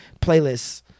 playlists